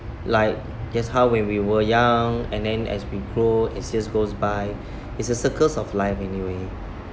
like just how when we were young and then as we grow is just goes by it's a circles of life anyway